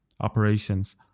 operations